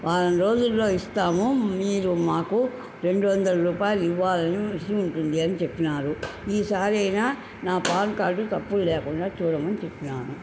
వారం రోజుల్లో ఇస్తాము మీరు మాకు రెండు వందల రూపాయలు ఇవ్వాలని రుసుము ఉంటుంది అని చెప్పారు ఈసారైనా నా పాన్కార్డు తప్పులు లేకుండా చూడమని చెప్పాను